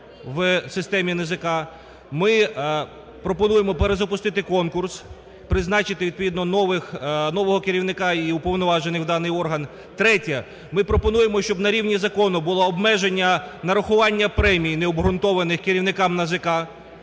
в системі НАЗК, ми пропонуємо перезапустити конкурс, призначити відповідно нового керівника і уповноважених в даний орган. Третє: ми пропонуємо, щоб на рівні закону було обмеження нарахування премій необґрунтованих керівникам НАЗК.